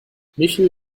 michel